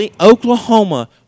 Oklahoma –